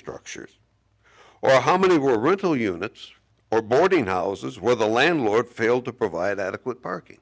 structures or how many were rental units or boarding houses where the landlord failed to provide adequate parking